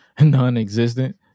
non-existent